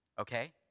okay